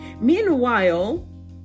Meanwhile